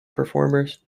performers